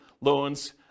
loans